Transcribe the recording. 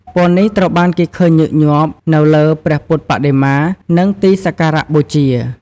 ពណ៌នេះត្រូវបានគេឃើញញឹកញាប់នៅលើព្រះពុទ្ធបដិមា និងទីសក្ការៈបូជា។